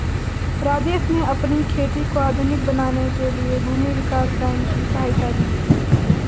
राजेश ने अपनी खेती को आधुनिक बनाने के लिए भूमि विकास बैंक की सहायता ली